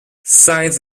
signs